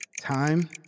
Time